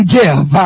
give